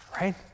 Right